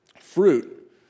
fruit